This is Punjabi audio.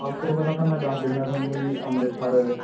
ਸਭ ਤੋਂ ਪਹਿਲਾਂ ਤਾਂ ਮੈਂ ਦੱਸ ਦਿੰਦਾ ਤੁਹਾਨੂੰ ਜੀ ਅੰਮ੍ਰਿਤਸਰ